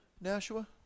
Nashua